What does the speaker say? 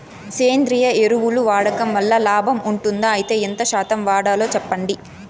సేంద్రియ ఎరువులు వాడడం వల్ల లాభం ఉంటుందా? అయితే ఎంత శాతం వాడాలో చెప్పండి?